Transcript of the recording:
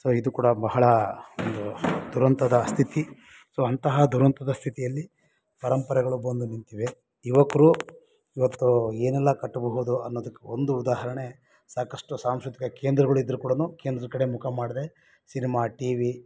so ಇದು ಕೂಡ ಬಹಳ ಒಂದು ದುರಂತದ ಸ್ಥಿತಿ ಸೊ ಅಂತಹ ದುರಂತದ ಸ್ಥಿತಿಯಲ್ಲಿ ಪರಂಪರೆಗಳು ಬಂದು ನಿಂತಿವೆ ಯುವಕರು ಇವತ್ತು ಏನೆಲ್ಲ ಕಟ್ಟಬಹುದು ಅನ್ನೋದಕ್ಕೆ ಒಂದು ಉದಾಹರಣೆ ಸಾಕಷ್ಟು ಸಾಂಸ್ಕೃತಿಕ ಕೇಂದ್ರಗಳು ಇದ್ರೂ ಕೂಡ ಕೇಂದ್ರದ ಕಡೆ ಮುಖ ಮಾಡದೇ ಸಿನಿಮಾ ಟಿವಿ